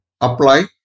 apply